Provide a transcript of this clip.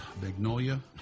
Magnolia